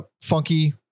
funky